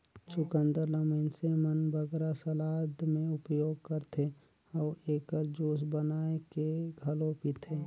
चुकंदर ल मइनसे मन बगरा सलाद में उपयोग करथे अउ एकर जूस बनाए के घलो पीथें